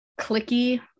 clicky